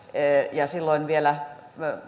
muistaisin silloin vielä